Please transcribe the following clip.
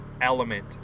element